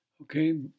okay